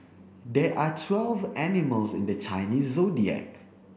there are twelve animals in the Chinese Zodiac